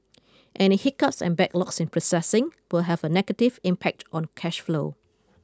any hiccups and backlogs in processing will have a negative impact on cash flow